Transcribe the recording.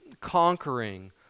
conquering